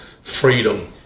freedom